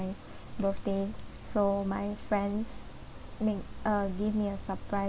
birthday so my friends make uh give me a surprise